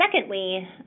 secondly